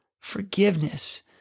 forgiveness